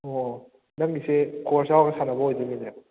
ꯑꯣ ꯅꯪꯒꯤꯁꯦ ꯀꯣꯔꯁ ꯌꯧꯔꯒ ꯁꯥꯟꯅꯕ ꯑꯣꯏꯗꯣꯏꯅꯤꯅꯦ